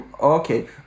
Okay